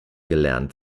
gelernt